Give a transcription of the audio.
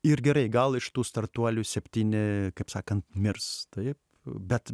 ir gerai gal iš tų startuolių septyni kaip sakant mirs taip bet